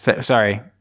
Sorry